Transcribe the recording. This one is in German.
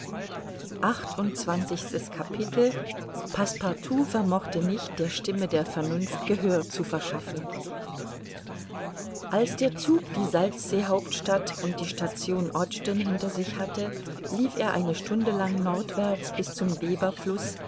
passepartout vermochte nicht der stimme der vernunft gehör zu verschaffen als der zug die salzseehauptstadt und die station ogden hinter sich hatte lief er eine stunde lang nordwärts bis zum